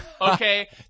okay